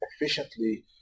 efficiently